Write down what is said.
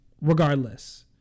regardless